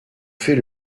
fais